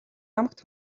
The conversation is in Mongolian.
ямагт